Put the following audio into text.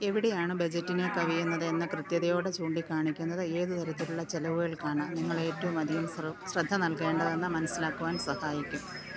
എവിടെയാണ് ബജറ്റിനെ കവിയുന്നത് എന്ന് കൃത്യതയോടെ ചൂണ്ടിക്കാണിക്കുന്നത് ഏത് തരത്തിലുള്ള ചെലവുകൾക്കാണ് നിങ്ങൾ ഏറ്റവുമധികം ശ്രദ്ധ നൽകേണ്ടതെന്ന് മനസ്സിലാക്കുവാൻ സഹായിക്കും